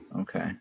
Okay